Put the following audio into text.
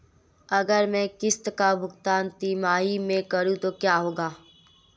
अगर मैं किश्त का भुगतान तिमाही में करूं तो क्या होगा?